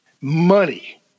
Money